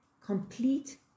complete